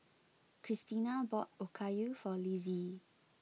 Kristina bought Okayu for Lizzie